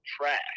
trash